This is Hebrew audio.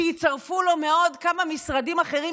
שיצרפו לו מעוד כמה משרדים אחרים,